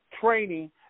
training